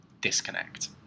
disconnect